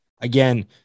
again